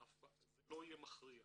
כעת, זה לא יהיה מכריע.